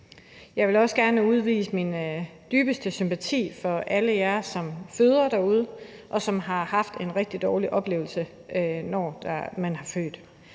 Jeg vil også gerne udtrykke min dybeste sympati for alle jer derude, som føder, og jer, som har haft en rigtig dårlig oplevelse, når I har født.